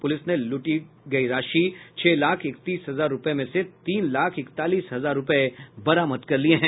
police ने लूटी गयी राशि छह लाख इक्तीस हजार रूपये में से तीन लाख इकतालीस हजार रूपये बरामद कर लिया है